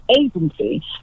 agency